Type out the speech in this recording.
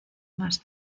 más